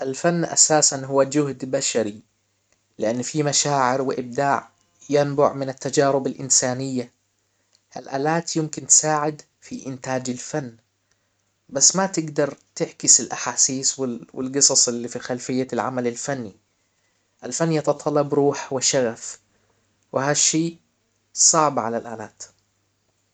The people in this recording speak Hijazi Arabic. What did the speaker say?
الفن اساسا هو جهد بشري لان في مشاعر وابداع ينبع من التجارب الانسانية الالات يمكن تساعد في انتاج الفن بس ما تجدر تحكي في الاحاسيس والجصص اللي في خلفية العمل الفني الفن يتطلب روح وشغف وهالشئ صعب على الالات